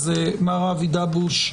אבי דבוש,